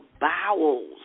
bowels